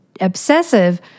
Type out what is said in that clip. obsessive